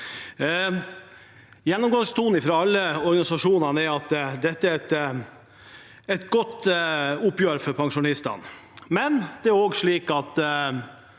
Gjennomgangstonen fra alle organisasjonene er at dette er et godt oppgjør for pensjonistene, men det er også noen